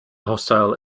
hostile